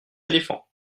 éléphant